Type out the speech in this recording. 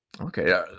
Okay